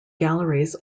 galleries